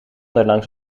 daarlangs